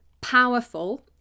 powerful